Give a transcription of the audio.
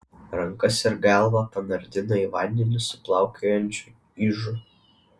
rankas ir galvą panardino į vandenį su plaukiojančiu ižu